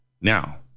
Now